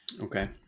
Okay